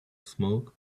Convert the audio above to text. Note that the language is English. smoke